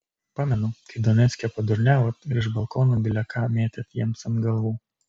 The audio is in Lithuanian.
pamenu kai donecke padurniavot ir iš balkonų bile ką mėtėt jiems ant galvų